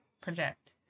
project